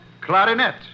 Clarinet